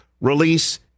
release